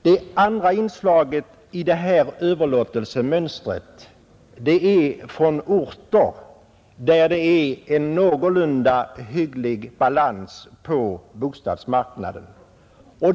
Det andra inslaget i överlåtelsemönstret berör orter där det råder någorlunda balans på bostadsmarknaden.